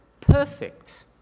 perfect